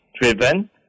driven